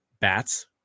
bats